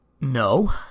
No